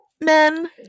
men